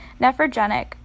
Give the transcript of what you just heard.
Nephrogenic